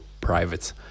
private